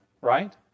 right